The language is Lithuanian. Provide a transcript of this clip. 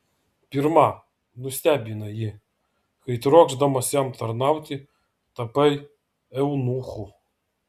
pirma nustebinai jį kai trokšdamas jam tarnauti tapai eunuchu